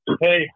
Hey